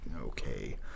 okay